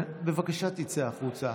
בבקשה תצא החוצה.